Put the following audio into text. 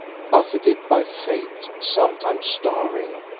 buffeted by fate, sometimes starving,